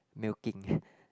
milking